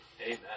Amen